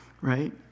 Right